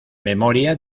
memoria